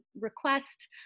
request